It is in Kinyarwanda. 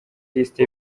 lisiti